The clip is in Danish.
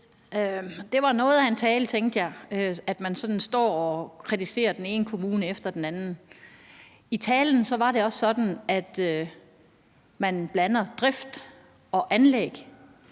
Det var noget af en tale, tænkte jeg, hvor man sådan står og kritiserer den ene kommune efter den anden. I talen var det også sådan, at man blandede drift og anlæg.